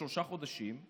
בשלושה החודשים?